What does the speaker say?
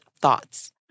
thoughts